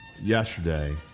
yesterday